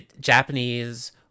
Japanese